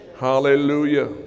Hallelujah